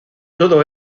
todo